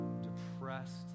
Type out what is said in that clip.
depressed